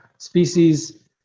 species